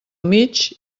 mig